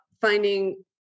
finding